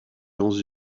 dans